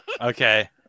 Okay